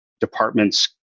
department's